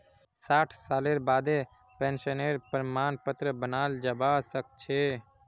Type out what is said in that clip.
साठ सालेर बादें पेंशनेर प्रमाण पत्र बनाल जाबा सखछे